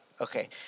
okay